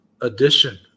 edition